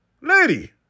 Lady